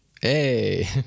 Hey